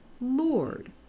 Lord